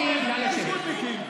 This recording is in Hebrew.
קטי, נא לשבת במקומך.